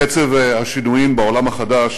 קצב השינויים בעולם החדש